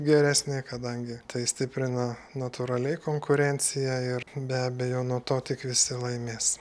geresnė kadangi tai stiprina natūraliai konkurenciją ir be abejo nuo to tik visi laimės